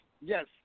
Yes